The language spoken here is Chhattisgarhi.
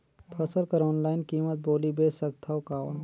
फसल कर ऑनलाइन कीमत बोली बेच सकथव कौन?